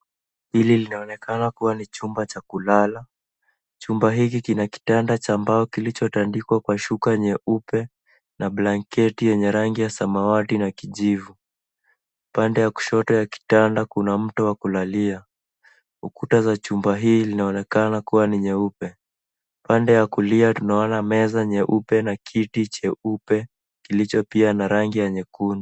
Hili linaonekana kuwa ni chumba cha kulala. Chumba hiki kina kitanda cha mbao kilicho tandikwa kwa shuka nyeupe na blanketi yenye rangi ya samawati na kijivu. Upande wa kushoto ya kitanda kuna mto wa kulalia. Ukuta za chumba hii linaonekana kua ni nyeupe. Upande wa kulia tunaona meza nyeupe na kiti cheupe kilicho pia na rangi ya nyekundu.